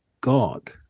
God